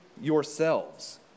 yourselves